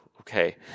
okay